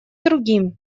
другим